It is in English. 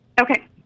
Okay